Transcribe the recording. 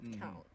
count